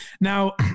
Now